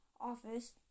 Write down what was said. office